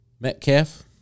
Metcalf